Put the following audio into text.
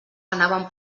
anaven